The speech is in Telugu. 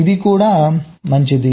ఇది కూడా మంచిది